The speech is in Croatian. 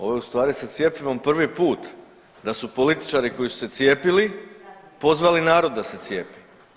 Ovo je u stvari sa cjepivom prvi put da su političari koji su se cijepili pozvali narod da se cijepi.